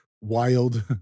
wild